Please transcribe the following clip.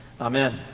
Amen